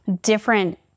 different